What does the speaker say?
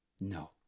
No